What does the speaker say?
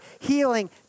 healing